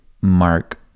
Mark